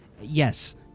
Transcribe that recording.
Yes